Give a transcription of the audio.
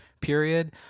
period